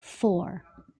four